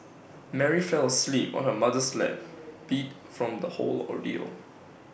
Mary fell asleep on her mother's lap beat from the whole ordeal